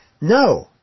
No